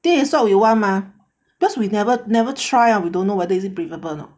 this is what we want mah because we never never try ah we don't know is it breathable or not